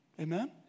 Amen